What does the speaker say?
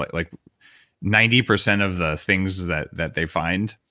like ninety percent of the things that that they find,